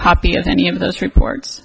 copy of any of those reports